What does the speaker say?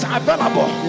available